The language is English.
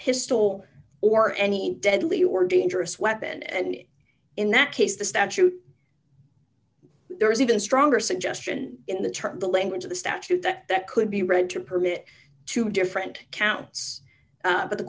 pistol or any deadly or dangerous weapon and in that case the statute there was even stronger suggestion in the term the language of the statute that could be read to permit two different counts but the